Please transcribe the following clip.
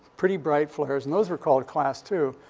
pretty bright flares, and those were called class two.